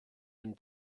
and